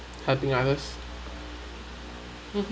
helping others mmhmm